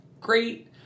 great